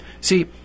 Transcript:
See